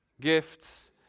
gifts